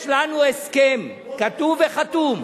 יש לנו הסכם כתוב וחתום,